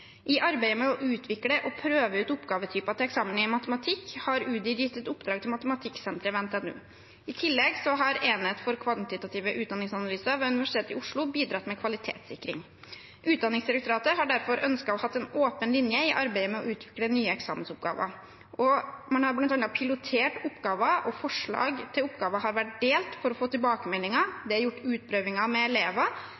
I arbeidet med å utvikle og prøve ut oppgavetyper til eksamen i matematikk har Utdanningsdirektoratet gitt et oppdrag til Matematikksenteret ved NTNU. I tillegg har Enhet for kvantitative utdanningsanalyser ved Universitetet i Oslo bidratt med kvalitetssikring. Utdanningsdirektoratet har derfor ønsket å ha en åpen linje i arbeidet med å utvikle nye eksamensoppgaver. Man har bl.a. pilotert oppgaver, og forslag til oppgaver har vært delt for å få